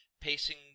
pacing